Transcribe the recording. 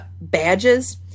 badges